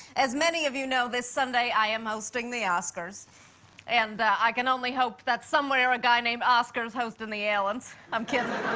as many of you know, this sunday, i am hosting the oscars and i can only hope that, somewhere, a guy named oscar's hosting the ellens. i'm kiddin'.